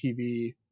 tv